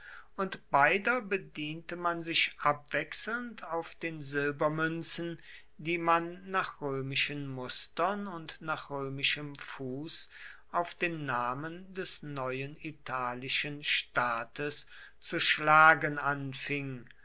und beider bediente man sich abwechselnd auf den silbermünzen die man nach römischen mustern und nach römischem fuß auf den namen des neuen italischen staates zu schlagen anfing